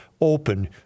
open